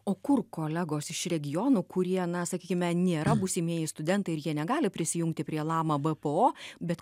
o kur kolegos iš regionų kurie na sakykime nėra būsimieji studentai ir jie negali prisijungti prie lama bpo bet